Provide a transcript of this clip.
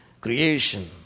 creation